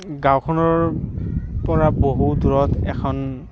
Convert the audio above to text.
গাঁওখনৰ পৰা বহু দূৰত এখন